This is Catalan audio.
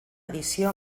edició